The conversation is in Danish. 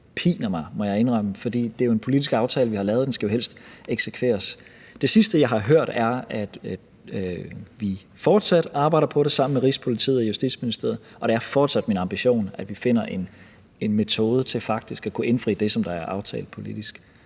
piner mig, må jeg indrømme, for det er en politisk aftale, vi har lavet, og den skal jo helst eksekveres. Det sidste, jeg har hørt, er, at vi fortsat arbejder på det sammen med Rigspolitiet og Justitsministeriet, og det er fortsat min ambition, at vi finder en metode til faktisk at kunne indfri det, som der er aftalt politisk.